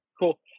cool